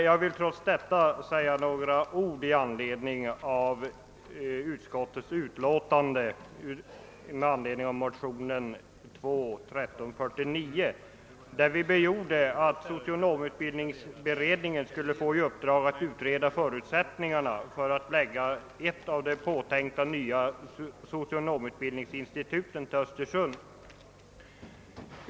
Jag vill trots detta säga några ord med anledning av utskottets avstyrkande av motionen II: 1349, i vilken vi har begärt att socionomutbildningsberedningen skall få i uppdrag att utreda förutsättningarna för att förlägga ett av de påtänkta socionominstituten till Östersund.